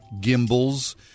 gimbals